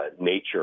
nature